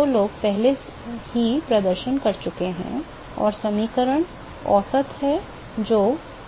जो लोग पहले ही प्रदर्शन कर चुके हैं और समीकरण औसत है जो